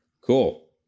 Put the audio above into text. cool